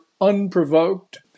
unprovoked